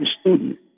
student